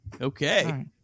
okay